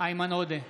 איימן עודה,